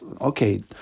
Okay